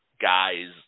guys